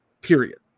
Period